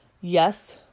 Yes